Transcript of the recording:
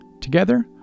Together